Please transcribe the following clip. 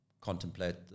Contemplate